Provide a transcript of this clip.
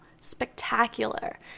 spectacular